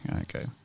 Okay